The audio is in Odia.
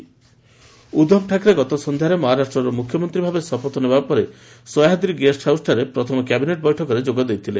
ମହା କ୍ୟାବିନେଟ୍ ମିଟ୍ ଉଦ୍ଧବ ଠାକ୍ରେ ଗତ ସନ୍ଧ୍ୟାରେ ମହାରାଷ୍ଟ୍ରର ମୁଖ୍ୟମନ୍ତ୍ରୀ ଭାବେ ଶପଥ ନେବା ପରେ ସହ୍ୟାଦ୍ରୀ ଗେଷ୍ଟ ହାଉସ୍ଠାରେ ପ୍ରଥମ କ୍ୟାବିନେଟ୍ ବୈଠକରେ ଯୋଗ ଦେଇଥିଲେ